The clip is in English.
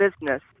business